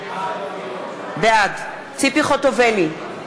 בעד ציפי חוטובלי,